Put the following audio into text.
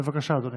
בבקשה, אדוני.